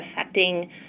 affecting